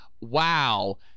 wow